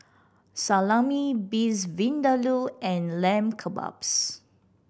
Salami Beef Vindaloo and Lamb Kebabs